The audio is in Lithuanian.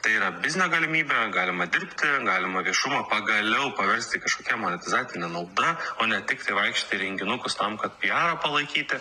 tai yra biznio galimybė galima dirbti galima viešumą pagaliau paversti kažkokia monetizatine nauda o ne tiktai vaikštai į renginukus tam kad pijarą palaikyti